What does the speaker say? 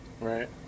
Right